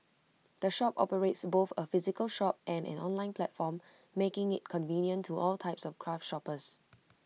the shop operates both A physical shop and an online platform making IT convenient to all types of craft shoppers